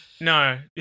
No